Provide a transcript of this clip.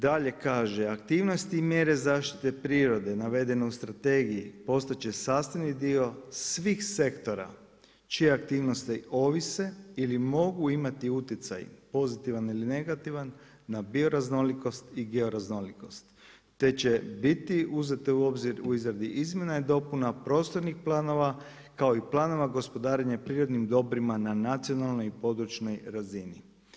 Dalje kaže, aktivnosti i mjere zaštite prirode navedene u strategiji postat će sastavni dio svih sektora čije aktivnosti ovise ili mogu imati utjecaj pozitivan ili negativan na bioraznolikost i georaznolikost, te će biti uzete u obzir u izradi izmjena i dopuna prostornih planova kao i planova gospodarenja prirodnim dobrima na nacionalnoj i područnoj razini.